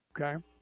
Okay